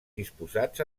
disposats